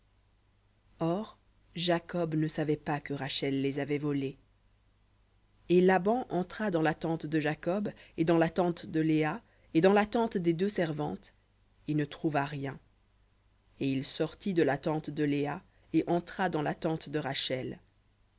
or jacob ne savait pas que rachel les avait volés et laban entra dans la tente de jacob et dans la tente de léa et dans la tente des deux servantes et ne trouva et il sortit de la tente de léa et entra dans la tente de rachel